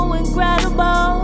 incredible